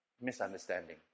misunderstanding